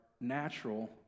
natural